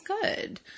good